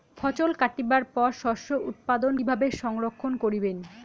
ফছল কাটিবার পর শস্য উৎপাদন কিভাবে সংরক্ষণ করিবেন?